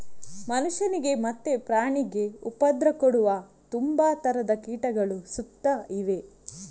ಮನುಷ್ಯನಿಗೆ ಮತ್ತೆ ಪ್ರಾಣಿಗೆ ಉಪದ್ರ ಕೊಡುವ ತುಂಬಾ ತರದ ಕೀಟಗಳು ಸುತ್ತ ಇವೆ